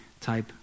type